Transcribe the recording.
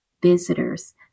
visitors